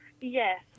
Yes